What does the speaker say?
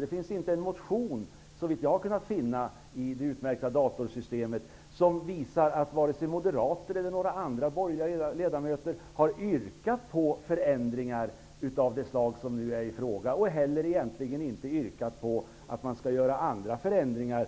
Det finns inte en enda motion, såvitt jag kunnat finna i det utmärkta datasystemet, som visar att moderater eller några andra borgerliga ledamöter har yrkat på förändringar av det slag som nu är i fråga. Man har egentligen inte heller yrkat på att vi skall göra andra förändringar